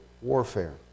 warfare